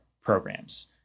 programs